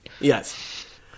Yes